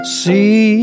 see